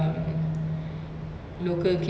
a lot more under control now lah